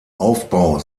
aufbau